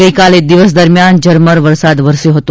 ગઇકાલે દિવસ દરમિયાન ઝરમર વરસાદ વરસ્યો હતો